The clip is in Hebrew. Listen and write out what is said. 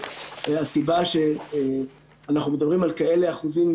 והסיבה שאנחנו מדברים על כאלה אחוזים,